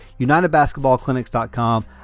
unitedbasketballclinics.com